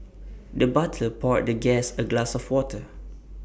the butler poured the guest A glass of water